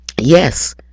Yes